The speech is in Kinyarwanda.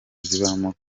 zibamo